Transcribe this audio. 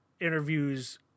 interviews